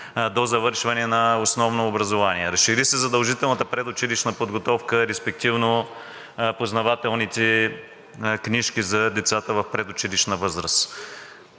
до завършване на основно образование; разшири се задължителната предучилищна подготовка, респективно познавателните книжки за децата в предучилищна възраст;